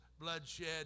bloodshed